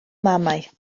mamaeth